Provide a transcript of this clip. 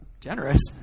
generous